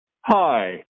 Hi